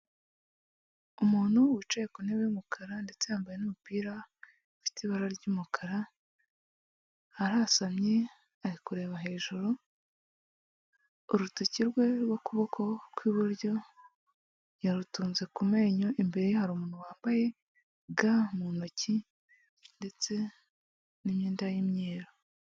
Umuntu wicaye ku ntebe y'umukara ndetse yambaye n'umupira ufite ibara ry'umukara, arasamye ari kureba hejuru, urutoki rwe rw'ukuboko kw'iburyo yarutunze ku menyo, imbere ya hari umuntu wambaye ga mu ntoki ndetse n'imyenda y'imyeru.